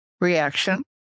reaction